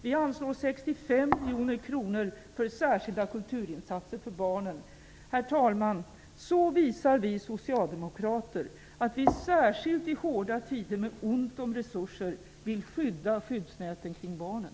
Vi anslår 65 miljoner kronor för särskilda kulturinsatser för barnen. Herr talman! Så visar vi socialdemokrater att vi särskilt i hårda tider när det är ont om resurser vill värna skyddsnäten kring barnen!